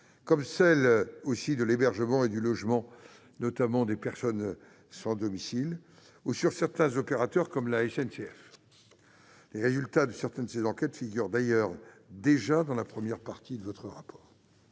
soins critiques, l'hébergement et le logement des personnes sans domicile, ou encore certains opérateurs comme la SNCF. Les résultats de certaines de ces enquêtes figurent d'ailleurs déjà dans la première partie de votre rapport.